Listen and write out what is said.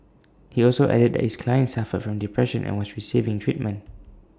he also added that his client suffered from depression and was receiving treatment